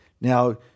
Now